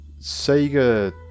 Sega